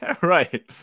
Right